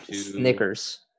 Snickers